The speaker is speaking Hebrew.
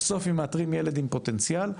בסוף אם מאתרים ילד עם פוטנציאל,